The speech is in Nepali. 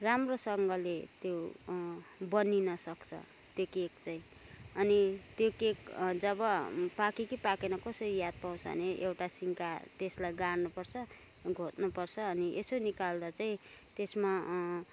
राम्रोसँगले त्यो बनिन सक्छ त्यो केक चाहिँ अनि त्यो केक जब पाक्यो कि पाकेन कसरी याद पाउँछ भने एउटा सिन्का त्यसलाई गाड्नुपर्छ घोँच्नुपर्छ अनि यसो निकाल्दा चाहिँ त्यसमा